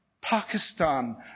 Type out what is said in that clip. Pakistan